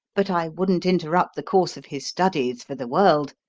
but i wouldn't interrupt the course of his studies for the world,